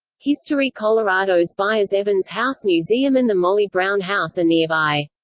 history colorado's byers-evans house museum and the molly brown house are nearby.